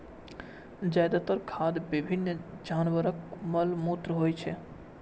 जादेतर खाद विभिन्न जानवरक मल मूत्र होइ छै